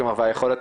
והיכולת